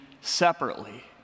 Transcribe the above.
separately